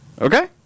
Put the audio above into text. Okay